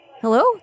Hello